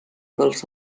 dels